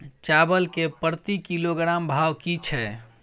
चावल के प्रति किलोग्राम भाव की छै?